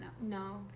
No